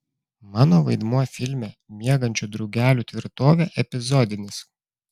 mano vaidmuo filme miegančių drugelių tvirtovė epizodinis